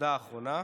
הודעה אחרונה.